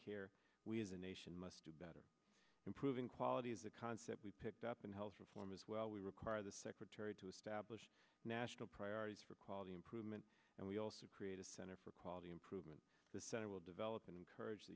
care we as a nation must do better improving quality is a concept we picked up in health reform as well we require the secretary to establish national priorities for quality improvement and we also create a center for quality improvement the center will develop and encourage the